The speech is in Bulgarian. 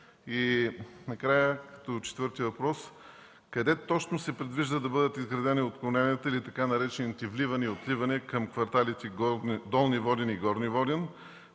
Накрая, като четвърти въпрос: къде точно се предвижда да бъдат изградени отклоненията или така наречените вливания и отливания към кварталите „Долни Воден” и „Горни Воден”?